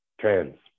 trans